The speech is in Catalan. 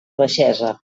baixesa